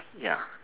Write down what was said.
ya